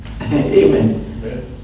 Amen